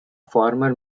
former